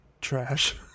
trash